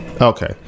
Okay